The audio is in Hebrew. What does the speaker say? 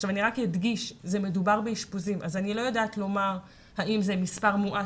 אדגיש שמדובר באשפוזים ואני לא יודעת לומר האם זה מספר מועט